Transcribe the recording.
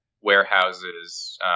warehouses